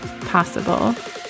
possible